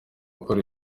gukora